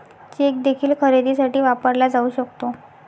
check देखील खरेदीसाठी वापरला जाऊ शकतो